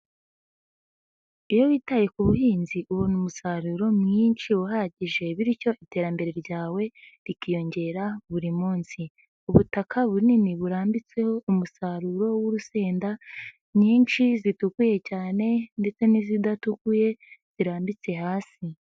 Iyo witaye ku buhinzi ubona umusaruro mwinshi uhagije bityo iterambere ryawe rikiyongera buri munsi. Ubutaka bunini burambitseho umusaruro w'urusenda nyinshi zitukuye cyane ndetse n'izidatuguye zirambitse hasi.